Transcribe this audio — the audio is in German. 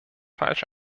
falsch